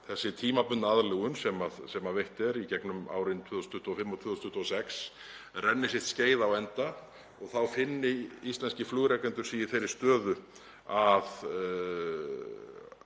þessi tímabundna aðlögun sem veitt er í gegnum árin 2025 og 2026 renni sitt skeið á enda og þá finni íslenskir flugrekendur sig í þeirri stöðu að